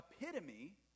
epitome